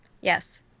Yes